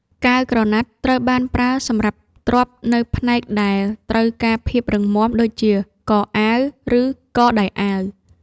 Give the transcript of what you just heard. កាវក្រណាត់ ត្រូវបានប្រើសម្រាប់ទ្រាប់នៅផ្នែកដែលត្រូវការភាពរឹងមាំដូចជា កអាវ ឬកដៃអាវ។